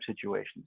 situations